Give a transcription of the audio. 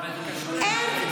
אבל זה קשור --- לא,